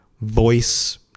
voice